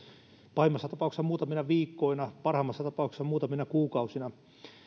pahimmassa tapauksessa muutamina viikkoina parhaimmassa tapauksessa muutamina kuukausina